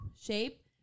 shape